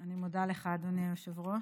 אני מודה לך, אדוני היושב-ראש.